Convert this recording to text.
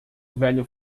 velho